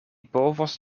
povos